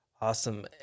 Awesome